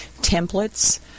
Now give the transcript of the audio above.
templates